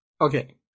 Okay